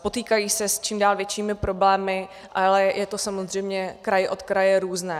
Potýkají se s čím dál většími problémy, ale je to samozřejmě kraj od kraje různé.